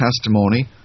testimony